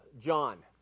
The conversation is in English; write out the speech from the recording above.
John